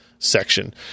Section